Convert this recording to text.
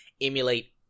emulate